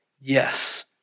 yes